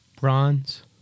bronze